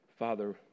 Father